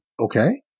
Okay